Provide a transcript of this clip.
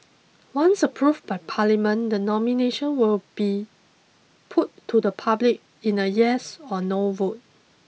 once approved by parliament the nomination will be put to the public in a yes or no vote